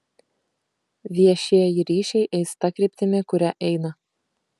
viešieji ryšiai eis ta kryptimi kuria eina